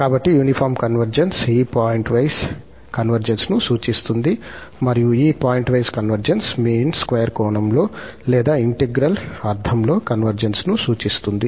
కాబట్టి uniform convergence ఈ pointwise కన్వర్జెన్స్ను సూచిస్తుంది మరియు ఈ పాయింట్వైస్ కన్వర్జెన్స్ మీన్ స్క్వేర్ కోణంలో లేదా ఇంటిగ్రల్ అర్థంలో కన్వర్జెన్స్ను సూచిస్తుంది